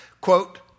Quote